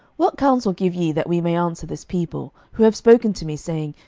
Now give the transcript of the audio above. what counsel give ye that we may answer this people, who have spoken to me, saying,